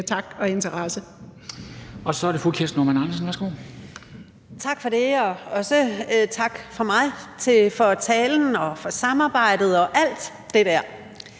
Normann Andersen. Værsgo. Kl. 12:46 Kirsten Normann Andersen (SF): Tak for det, og også tak fra mig for talen og for samarbejdet og alt det dér.